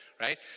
right